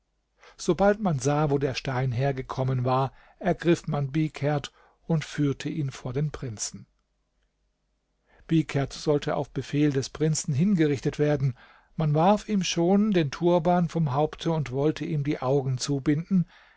sobald man sah wo der stein hergekommen war ergriff man bihkerd und führte ihn vor den prinzen bihkerd sollte auf befehl des prinzen hingerichtet werden man warf ihm schon den turban vom haupte und wollte ihm die augen zubinden